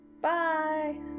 Bye